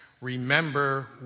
remember